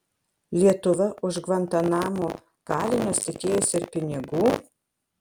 lietuva už gvantanamo kalinius tikėjosi ir pinigų